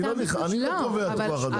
אני לא קובע את כוח האדם.